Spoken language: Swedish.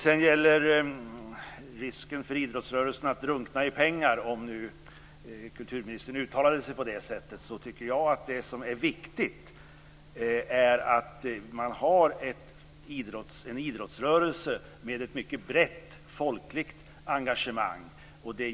Sedan var det risken för idrottsrörelsen att drunkna i pengar - om nu kulturministern uttalade sig på det sättet. Det viktiga är att ha en idrottsrörelse med ett brett folkligt engagemang.